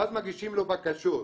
ואז מגישים לו בקשות.